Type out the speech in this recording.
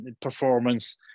performance